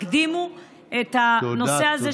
תקדימו את הנושא הזה,